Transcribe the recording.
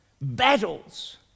battles